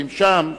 יושבים שם,